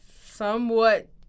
somewhat